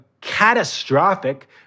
catastrophic